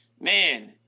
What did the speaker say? man